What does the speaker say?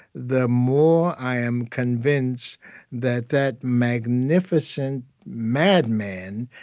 the more i am convinced that that magnificent madman,